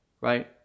right